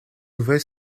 nouvelle